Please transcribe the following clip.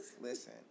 Listen